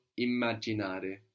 immaginare